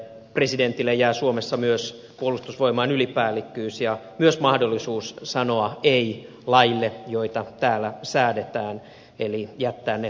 presidentille jää suomessa myös puolustusvoimain ylipäällikkyys ja myös mahdollisuus sanoa ei laeille joita täällä säädetään eli jättää ne allekirjoittamatta